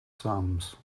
sums